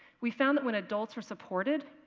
we found that when adults were supported,